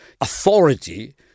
authority